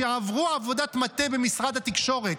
שעברו עבודת מטה במשרד התקשורת,